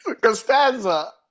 Costanza